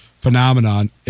phenomenon